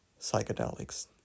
psychedelics